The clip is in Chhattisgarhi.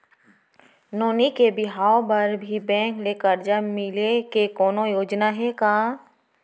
नोनी के बिहाव बर भी बैंक ले करजा मिले के कोनो योजना हे का?